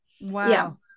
Wow